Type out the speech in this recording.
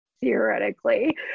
theoretically